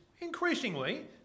increasingly